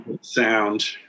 sound